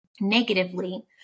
negatively